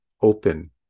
open